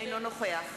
אינו נוכח